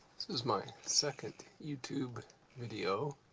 is my second youtube video.